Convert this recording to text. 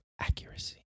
accuracy